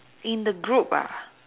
in the group ah